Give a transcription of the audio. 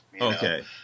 okay